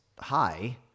high